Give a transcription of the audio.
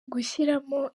gushyiramo